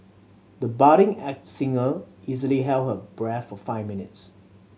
the budding singer easily held her breath for five minutes